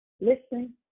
listen